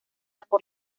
por